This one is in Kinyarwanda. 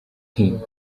nti